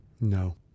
No